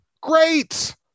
great